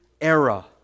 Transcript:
era